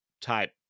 type